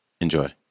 Enjoy